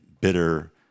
bitter